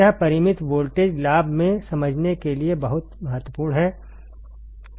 यह परिमित वोल्टेज लाभ में समझने के लिए बहुत महत्वपूर्ण है